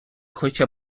хоча